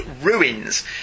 Ruins